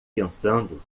pensando